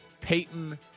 Peyton